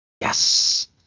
Yes